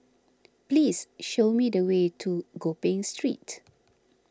please show me the way to Gopeng Street